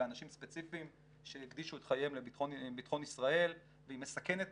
באנשים ספציפיים שהקדישו את חייהם לבטחון ישראל והיא מסכנת